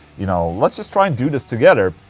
you know, let's just try and do this together.